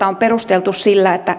on semmoinen tilanne että